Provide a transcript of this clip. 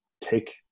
take